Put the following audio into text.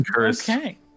Okay